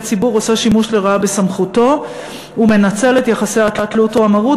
ציבור עושה שימוש לרעה בסמכותו ומנצל את יחסי התלות או המרות